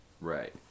Right